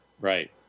right